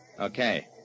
Okay